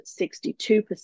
62%